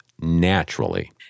naturally